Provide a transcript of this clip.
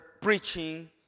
preaching